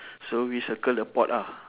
so we circle the pot ah